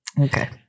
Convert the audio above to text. okay